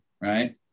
right